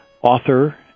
author